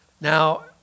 Now